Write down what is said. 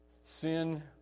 Sin